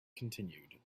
continued